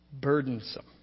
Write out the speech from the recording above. burdensome